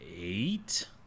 eight